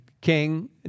King